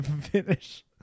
finish